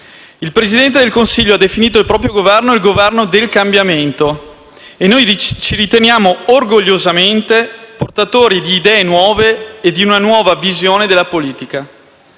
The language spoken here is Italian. Il Presidente del Consiglio ha definito il proprio Esecutivo come Governo del cambiamento e noi ci consideriamo orgogliosamente portatori di idee nuove e di una nuova visione della politica,